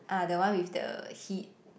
uh the one with the heat